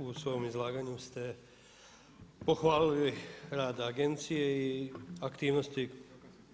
U svom izlaganju ste pohvalili rad agencije i aktivnosti